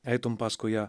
eitum paskui ją